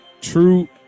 true